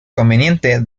conveniente